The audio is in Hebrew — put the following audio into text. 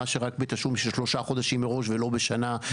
מה שרק בתשלום של שלושה חודשים מראש ולא בשנה,